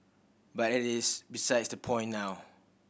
but that is besides the point now